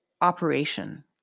operation